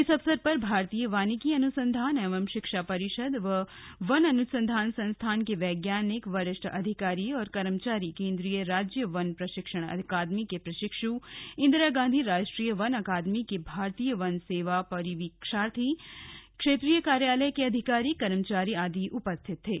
इस अवसर पर भारतीय वानिकी अनुसंधान एवं शिक्षा परिषद् व वन अनुसंधान संस्थान के वैज्ञानिक वरिष्ठ अधिकारी और कर्मचारी केन्द्रीय राज्य वन प्रशिक्षण अकादमी के प्रशिक्षु इंदिरा गांधी राष्ट्रीय वन अकादमी के भारतीय वन सेवा परिवीक्षार्थी क्षेत्रीय कार्यलय के अधिकारी कर्मचारी आदि उपस्थित थे